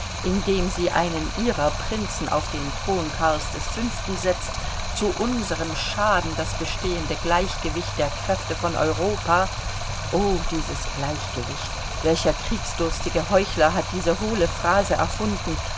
indem sie einen ihrer prinzen auf den thron carls v setzt zu unserem schaden das bestehende gleichgewicht der kräfte von europa o dieses gleichgewicht welcher kriegsdurstige heuchler hat diese hohle phrase erfunden